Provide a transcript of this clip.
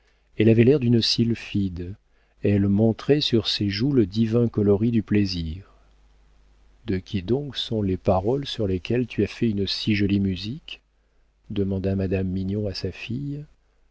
elle avait l'air d'une sylphide elle montrait sur ses joues le divin coloris du plaisir de qui donc sont les paroles sur lesquelles tu as fait une si jolie musique demanda madame mignon à sa fille